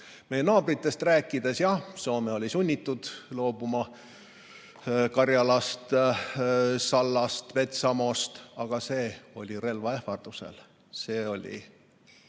Meie naabritest rääkides, jah, Soome oli sunnitud loobuma Karjalast, Sallast, Petsamost, aga see oli relva ähvardusel. See oli